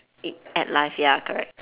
eh at life ya correct